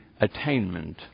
attainment